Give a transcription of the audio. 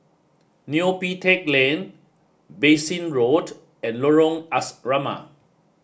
Neo Pee Teck Lane Bassein Road and Lorong Asrama